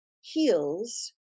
heals